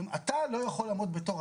אתה לא יכול לעמוד בתור,